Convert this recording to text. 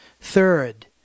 Third